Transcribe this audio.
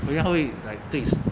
oh ya how he like takes